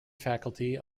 faculty